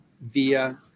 via